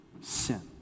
sin